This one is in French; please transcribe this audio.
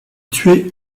tuer